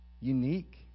unique